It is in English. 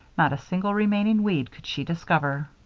not a single remaining weed could she discover.